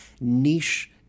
Niche